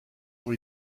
ont